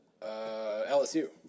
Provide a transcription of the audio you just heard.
LSU